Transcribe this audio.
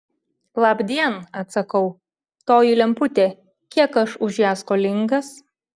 labdien atsakau toji lemputė kiek aš už ją skolingas